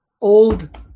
old